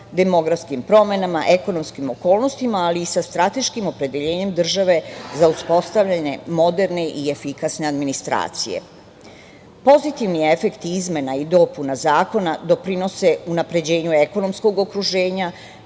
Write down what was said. demografskim promenama, ekonomskim okolnostima, ali i sa strateškim opredeljenjem države za uspostavljanje moderne i efikasne administracije. Pozitivni efekti izmena i dopuna Zakona doprinose unapređenju ekonomskog okruženja,